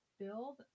build